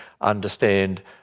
understand